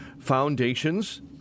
foundations